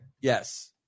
Yes